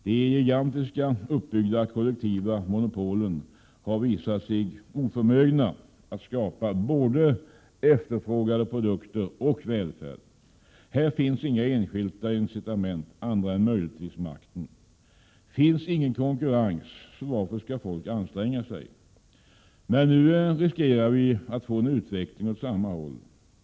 De gigantiskt uppbyggda kollektiva monopolen har visat sig oförmögna att skapa både efterfrågade produkter och välfärd. Här finns inga enskilda incitament andra än möjligtvis makten. Finns ingen konkurrens, så varför skall folk då anstränga sig? Men nu riskerar vi att få en utveckling åt samma håll.